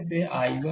तो यह I1 I2 होगा